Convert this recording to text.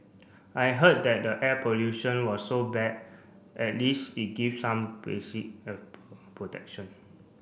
I heard that the air pollution was so bad at least it give some basic protection